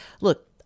look